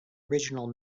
original